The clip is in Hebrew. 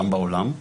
גם בעולם.